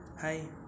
Hi